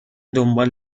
دنبال